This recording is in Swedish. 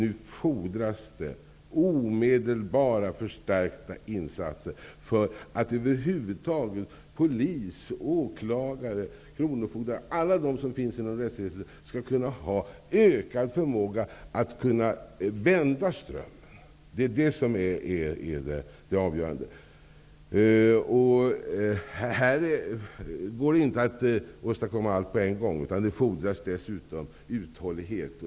Nu fordras omedelbara förstärkta insatser för att över huvud taget polis, åklagare och alla andra som finns inom rättsväsendet skall få ökad förmåga att vända strömmen. Det är avgörande. Allt går inte att göra på en gång. Det fordrar uthållighet.